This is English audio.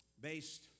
based